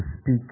speak